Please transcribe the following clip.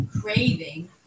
craving